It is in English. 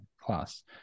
class